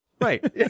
right